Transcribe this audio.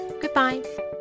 Goodbye